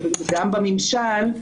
וגם בממשל,